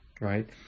right